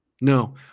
No